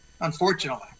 unfortunately